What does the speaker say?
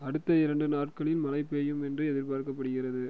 அடுத்த இரண்டு நாட்களில் மழை பெய்யும் என்று எதிர்பார்க்கப்படுகிறது